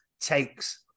takes